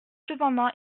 cependant